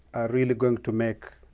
really going to make